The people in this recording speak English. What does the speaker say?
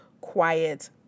quiet